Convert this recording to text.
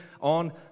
on